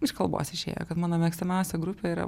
iš kalbos išėjo kad mano mėgstamiausia grupė yra